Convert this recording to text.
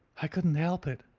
i could not help it,